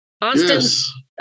Austin